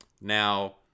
now